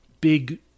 big